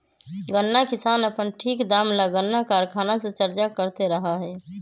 गन्ना किसान अपन ठीक दाम ला गन्ना कारखाना से चर्चा करते रहा हई